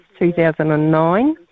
2009